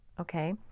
Okay